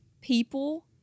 people